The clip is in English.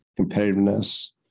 competitiveness